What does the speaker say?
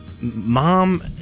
mom